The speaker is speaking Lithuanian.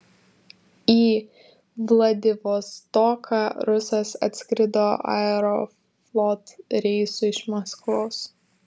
į vladivostoką rusas atskrido aeroflot reisu iš maskvos